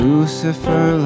Lucifer